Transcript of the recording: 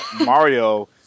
Mario